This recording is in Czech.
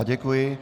Děkuji.